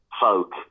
folk